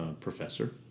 professor